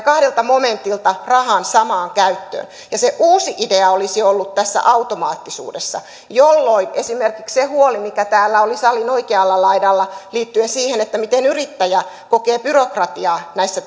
kahdelta momentilta rahan samaan käyttöön se uusi idea olisi ollut tässä automaattisuudessa jolloin esimerkiksi se huoli mikä täällä oli salin oikealla laidalla liittyen siihen miten yrittäjä kokee byrokratiaa näissä